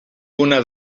una